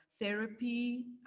therapy